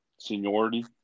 seniority